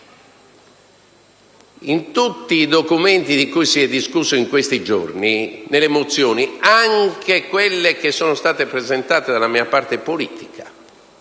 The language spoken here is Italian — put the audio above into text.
In tutti i documenti di cui si è discusso in questi giorni, nelle mozioni, anche quelle presentate dalla mia parte politica,